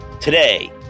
Today